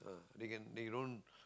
they can they don't